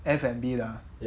F&B 的 ah